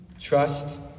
Trust